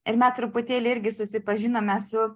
ir mes truputėlį irgi susipažinome su